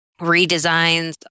redesigns